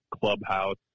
clubhouse